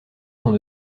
sont